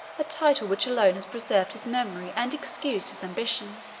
a title which alone has preserved his memory and excused his ambition.